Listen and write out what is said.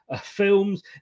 films